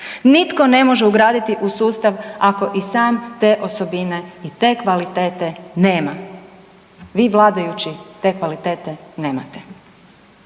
nitko ne može ugraditi u sustav ako i sam te osobine i te kvalitete nema. Vi vladajući te kvalitete nemate.